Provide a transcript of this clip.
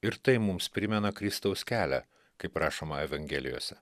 ir tai mums primena kristaus kelią kaip rašoma evangelijose